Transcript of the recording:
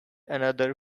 another